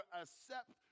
accept